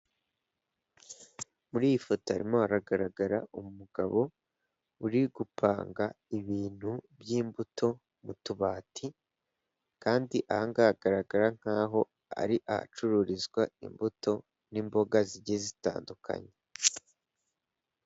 I hoteli isa neza irimo intebe zikozwe mu mbaho ndetse n'ameza n'utundi duto turi kuri kotwari natwo dukoze mu mbaho, ndetse n'inkingi zayo zikoze mu buryo bwiza nk'igisenge kiza cyane hakirirwa abantu b'ingeri zose.